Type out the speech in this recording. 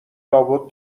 لابد